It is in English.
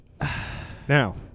Now